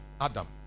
Adam